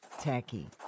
Tacky